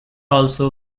also